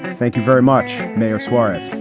thank you very much. mayor suarez,